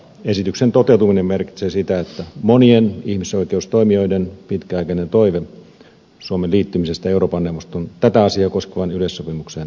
esityksen toteutuminen merkitsee sitä että monien ihmisoikeustoimijoiden pitkäaikainen toive suomen liittymisestä euroopan neuvoston tätä asiaa koskevaan yleissopimukseen toteutuu